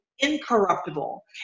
incorruptible